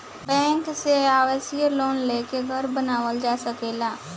bank से आवास loan लेके घर बानावल जा सकेला